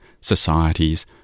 societies